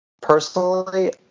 Personally